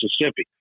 Mississippi